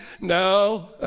No